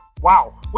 Wow